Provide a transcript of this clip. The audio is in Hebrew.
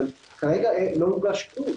אבל כרגע לא הוגש כלום.